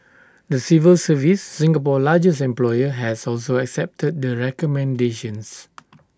the civil service Singapore's largest employer has also accepted the recommendations